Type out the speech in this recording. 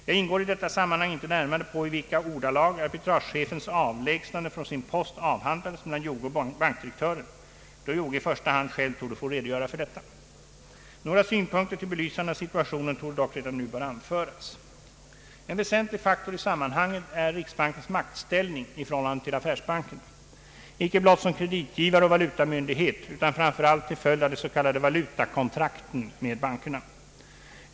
Jag ingår i detta sammanhang inte närmare på i vilka ordalag arbitragechefens avlägsnande från sin post avhandlades mellan Joge och bankdirektören, då Joge i första hand själv torde få redogöra för detta. Några synpunkter till belysande av situationen torde dock redan nu böra anföras. En väsentlig faktor i sammanhanget är riksbankens maktställning i förhållande till affärsbankerna, icke blott som kreditgivare och valutamyndighet utan framför allt till följd av de s.k. valutakontrakten med bankerna.